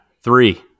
three